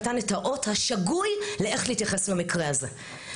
זה מה שנתן את האות השגוי לאיך להתייחס למקרה הזה.